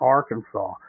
Arkansas